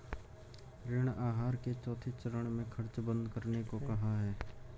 ऋण आहार के चौथे चरण में खर्च बंद करने को कहा है